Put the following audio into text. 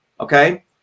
Okay